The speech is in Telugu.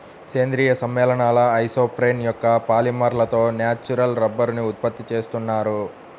సేంద్రీయ సమ్మేళనాల ఐసోప్రేన్ యొక్క పాలిమర్లతో న్యాచురల్ రబ్బరుని ఉత్పత్తి చేస్తున్నారు